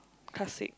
cause it